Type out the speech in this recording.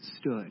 stood